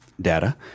data